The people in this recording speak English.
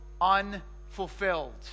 unfulfilled